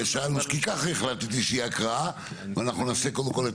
כי ככה החלטתי, ואז נמשיך את